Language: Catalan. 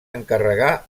encarregar